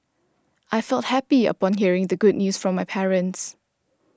I felt happy upon hearing the good news from my parents